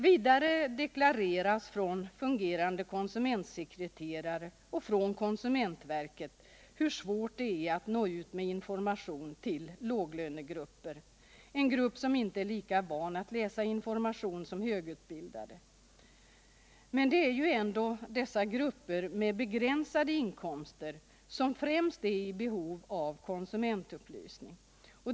Vidare deklareras från fungerande konsumentsekreterare och från konsumentverket hur svårt det är att nå ut med information till låglönegrupperna, som inte är lika vana att läsa information som högutbildade. Det är ju dessa grupper med begränsade inkomster som främst är i behov av konsumentupplysning.